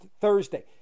Thursday